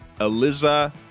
Eliza